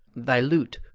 thy lute,